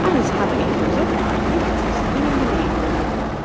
alles habe ich versucht und nichts ist ihnen genehm